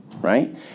Right